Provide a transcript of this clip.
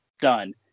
done